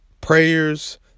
prayers